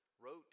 wrote